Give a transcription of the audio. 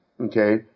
okay